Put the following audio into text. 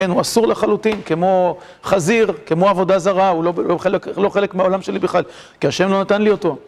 הוא אסור לחלוטין, כמו חזיר, כמו עבודה זרה, הוא לא חלק מהעולם שלי בכלל. כי ה' לא נתן לי אותו.